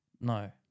No